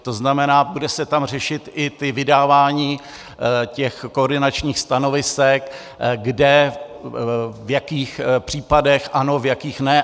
To znamená, bude se tam řešit i vydávání koordinačních stanovisek, v jakých případech ano, v jakých ne.